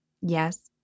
Yes